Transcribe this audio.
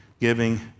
giving